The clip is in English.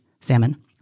salmon